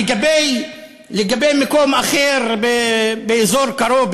לגבי מקום אחר באזור קרוב,